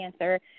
cancer